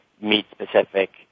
meat-specific